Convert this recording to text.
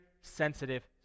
sensitive